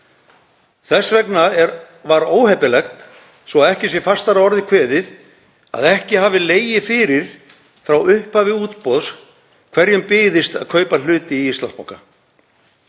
Þess vegna er óheppilegt, svo ekki sé fastar að orði kveðið, að ekki hafi legið fyrir frá upphafi útboðs hverjum byðist að kaupa hluti í Íslandsbanka.